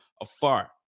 afar